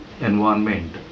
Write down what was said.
environment